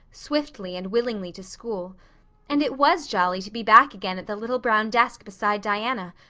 swiftly and willingly to school and it was jolly to be back again at the little brown desk beside diana,